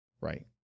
Right